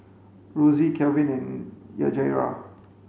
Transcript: Rosey Kalvin and Yajaira